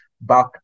back